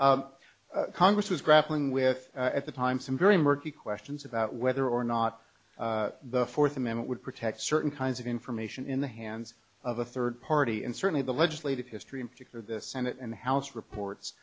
islip congress was grappling with at the time some very murky questions about whether or not the fourth amendment would protect certain kinds of information in the hands of a third party and certainly the legislative history in particular the senate and house reports